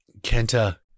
Kenta